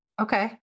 Okay